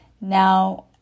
Now